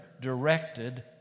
directed